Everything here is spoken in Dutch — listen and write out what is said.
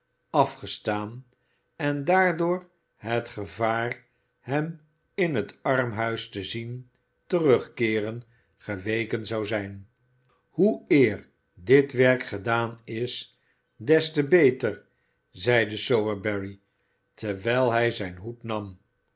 afgestaan en daardoor het gevaar hem in het armhuis te zien terugkeeren geweken zou zijn hoe eer dit werk gedaan is des te beter zeide sowerberry terwijl hij zijn hoed nam